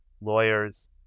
lawyers